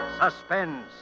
Suspense